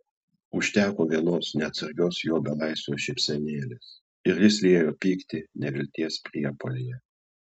užteko vienos neatsargios jo belaisvio šypsenėlės ir jis liejo pyktį nevilties priepuolyje